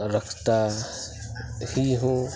رکھتا ہی ہوں